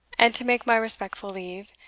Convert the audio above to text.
and to take my respectful leave,